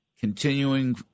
Continuing